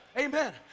Amen